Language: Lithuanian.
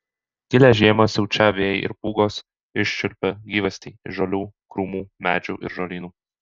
gilią žiemą siaučią vėjai ir pūgos iščiulpia gyvastį iš žolių krūmų medžių ir žolynų